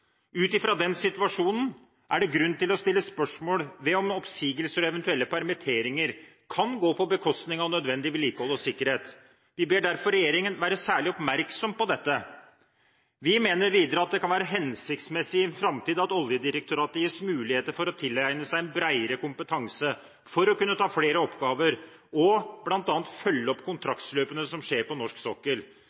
Ut fra den situasjonen er det grunn til å stille spørsmål ved om oppsigelser og eventuelle permitteringer kan gå på bekostning av nødvendig vedlikehold og sikkerhet. Vi ber derfor regjeringen være særlig oppmerksom på dette. Vi mener videre at det kan være hensiktsmessig i en framtid at Oljedirektoratet gis muligheter for å tilegne seg en bredere kompetanse – for å kunne ta flere oppgaver og bl.a. følge opp kontraktsløpene som skjer på norsk sokkel.